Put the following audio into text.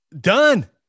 done